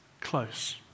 close